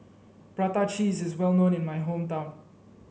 Prata Cheese is well known in my hometown